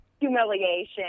humiliation